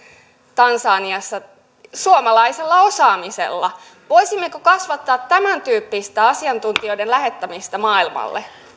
tansaniassa suomalaisella osaamisella voisimmeko kasvattaa tämäntyyppistä asiantuntijoiden lähettämistä maailmalle